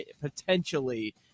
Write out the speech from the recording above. potentially